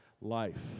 life